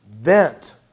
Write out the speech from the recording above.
Vent